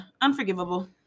Unforgivable